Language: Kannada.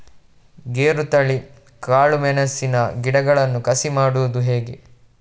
ಗೇರುತಳಿ, ಕಾಳು ಮೆಣಸಿನ ಗಿಡಗಳನ್ನು ಕಸಿ ಮಾಡುವುದು ಹೇಗೆ?